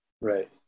right